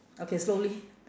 okay slowly